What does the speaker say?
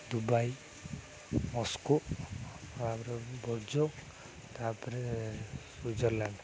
Dubai Moscow ତା'ପରେ ତା'ପରେ Switzerland